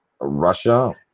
russia